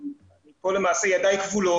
כאן למעשה ידיי כבולות.